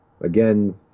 Again